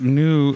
new